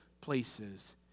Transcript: places